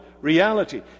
reality